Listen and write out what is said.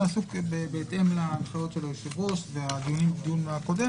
בהתאם להנחיות של היושב-ראש בדיון הקודם,